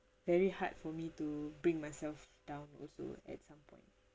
very hard for me to bring myself down also at some point